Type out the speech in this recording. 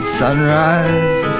sunrise